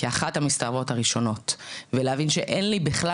כאחת המסתערבות הראשונות ולהבין שאין לי בכלל